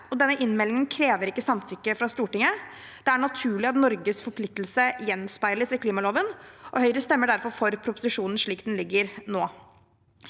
denne innmeldingen krever ikke samtykke fra Stortinget. Det er naturlig at Norges forpliktelser gjenspeiles i klimaloven, og Høyre stemmer derfor for proposisjonen slik den foreligger nå.